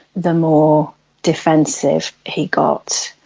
the more defensive he got.